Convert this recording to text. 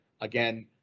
again